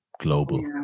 Global